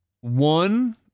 one